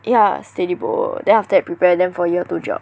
ya steady bro then after that prepare them for year two job